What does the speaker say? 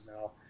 now